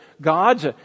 gods